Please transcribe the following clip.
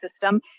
system